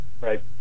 right